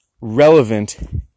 relevant